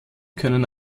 können